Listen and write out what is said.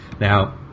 Now